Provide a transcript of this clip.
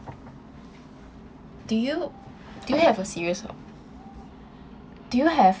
do you do you have a serious do you have